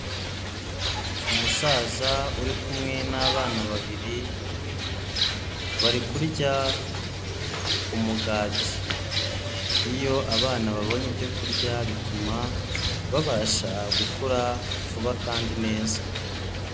Umusaza uri kumwe n'abana babiri, bari kurya umugati iyo abana babonye ibyo kurya bituma babasha gukura vuba kandi neza.